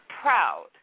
proud